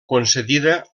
concedida